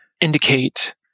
indicate